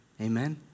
Amen